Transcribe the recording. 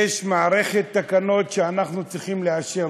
יש מערכת תקנות שאנחנו צריכים לאשר,